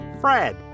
Fred